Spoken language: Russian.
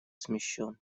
смещён